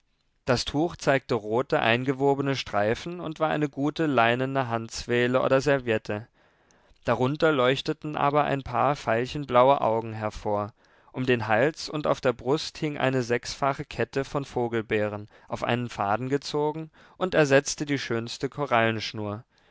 das tuch zeigte rote eingewobene streifen und war eine gute leinene handzwehle oder serviette darunter leuchteten aber ein paar veilchenblaue augen hervor um den hals und auf der brust hing eine sechsfache kette von vogelbeeren auf einen faden gezogen und ersetzte die schönste